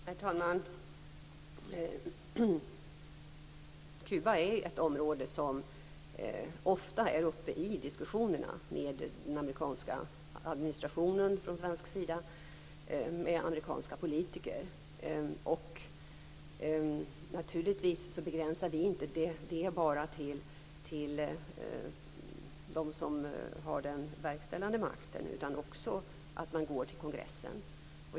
Herr talman! Kuba är ett område som ofta är uppe i diskussionerna från svensk sida med den amerikanska administrationen och med amerikanska politiker. Naturligtvis är det inte bara begränsat till dem som har den verkställande makten utan det gäller också dem som sitter i kongressen.